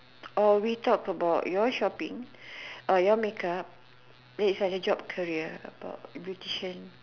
or we talk about your shopping or your makeup then it's like your job career about beautician